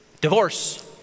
Divorce